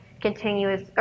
continuous